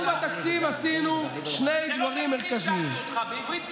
אתה יכול לענות פעם אחת על השאלה הזאת בצורה נורמלית,